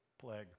plague